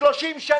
וגם בפריפריות,